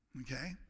Okay